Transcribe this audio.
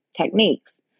techniques